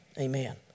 amen